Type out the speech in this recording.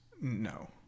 No